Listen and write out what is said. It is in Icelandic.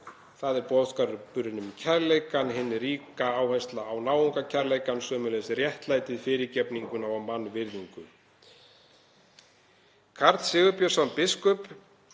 Það er boðskapurinn um kærleikann, hin ríka áhersla á náungakærleikann, sömuleiðis réttlætið, fyrirgefninguna og mannvirðingu. Karl Sigurbjörnsson biskup